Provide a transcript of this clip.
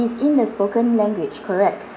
is in the spoken language correct